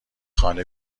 خانه